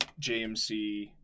JMC